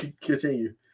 Continue